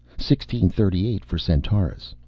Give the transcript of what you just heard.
sixteen thirty eight for centaurus.